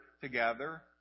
together